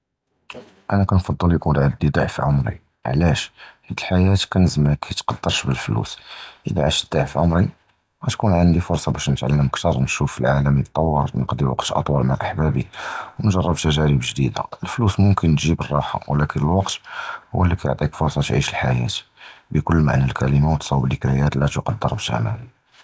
אָנָא קִנְפַצֵל יִקּוּן עַנְדִי דֻעְף עֻמְרִי, עַלַאש? חִית הַחַיַאת קִנְז מַאי קִתְתַּקַּדַּר בַּפֻלוּס, אִלַא עִשְת דֻעְף עֻמְרִי גַּתְקוּן עַנְדִי פְרְסַה בַּאש נִתְעַלַּם כִּתַּר וְנִשּוּף הַעָלַם יִתְתַפַּוּר, נִקְדַּר נִפְצִּי ווַקְת אַטְוַל מַעַ אַחְבָּאִי וְנִגְרֵב תַּגְּרִיב גְּדִידָה, הַפֻלוּס מֻכְתַר תְּגִיב הַרַחָה, וְלָקִין הַווַקְת הוּוּ לִי קִיְעַטִי הַפְרְסָה תִּעִיש הַחַיַאת בְּכּוּל מַעְנָא הַכַּלְמָה, וְתִצְאֵב זִכְרְיוֹת לָא תִתְקַדַּר בְּתִמְנ.